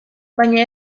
baina